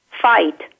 Fight